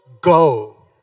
go